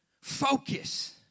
Focus